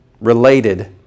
related